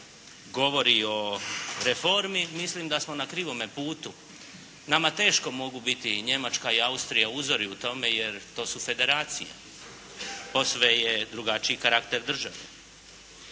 govori o reformi, mislim da smo na krivome putu. Nama teško mogu biti i Njemačka i Austrija uzori u tome, jer to su federacije. Posve je drugačiji karakter državljana.